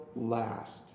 last